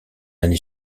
année